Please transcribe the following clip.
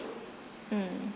um